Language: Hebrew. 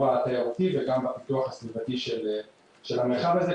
התיירותי וגם בפיתוח הסביבתי של המרחב הזה,